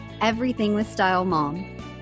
everythingwithstylemom